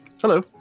Hello